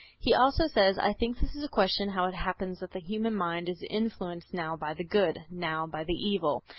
he also says i think this is a question how it happens that the human mind is influenced now by the good, now by the evil.